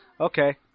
Okay